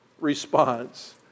response